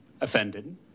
offended